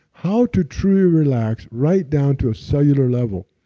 how to truly relax right down to a cellular level.